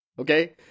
Okay